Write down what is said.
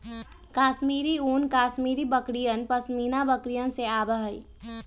कश्मीरी ऊन कश्मीरी बकरियन, पश्मीना बकरिवन से आवा हई